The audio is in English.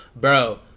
bro